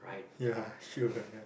ya sure ya